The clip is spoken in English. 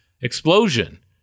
explosion